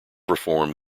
reform